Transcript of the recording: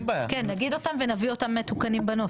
כן, נביא אותם ונביא אותם מתוקנים בנוסח.